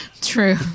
true